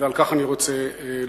ועל כך אני רוצה לדבר.